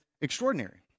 extraordinary